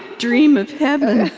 dream of heaven.